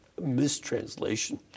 mistranslation